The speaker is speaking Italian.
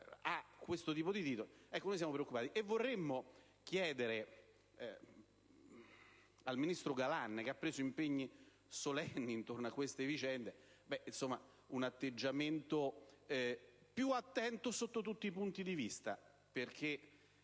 un certo tipo di titolo, siamo preoccupati e vorremmo chiedere al ministro Galan, che ha preso impegni solenni su queste vicende, un atteggiamento più attento sotto tutti i punti di vista. Se